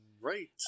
Right